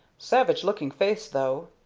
savage-looking face, though.